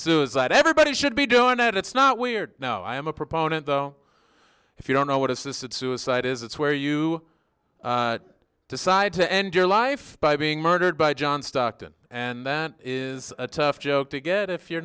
suicide everybody should be doing that it's not weird now i am a proponent oh if you don't know what assisted suicide is it's where you decide to end your life by being murdered by john stockton and that is a tough job to get if you're